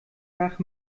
nach